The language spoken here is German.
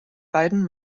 beidem